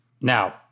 Now